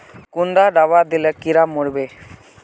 कुंडा दाबा दिले कीड़ा मोर बे?